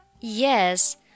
Yes